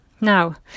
Now